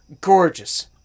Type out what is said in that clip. gorgeous